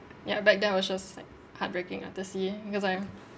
ya back then it was just like heartbreaking lah to see because I'm